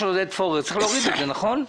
צריך להוריד את זה, נכון?